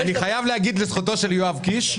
אבל אני חייב להגיד לזכותו של יואב קיש,